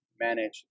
manage